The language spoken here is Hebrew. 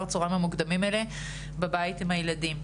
אחר הצהריים המוקדמות האלה בבית עם הילדים.